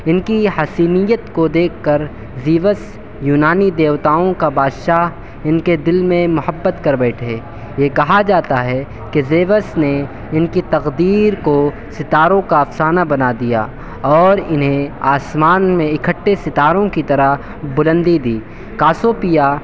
ان کی حسینیت کو دیکھ کر زئوس یونانی دیوتاؤں کا بادشاہ ان کے دل میں محبت کر بیٹھے یہ کہا جاتا ہے کہ زئوس نے ان کی تقدیر کو ستاروں کا افسانہ بنا دیا اور انہیں آسمان میں اکٹھے ستاروں کی طرح بلندی دی کاسیوپیا